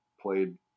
played